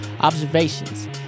observations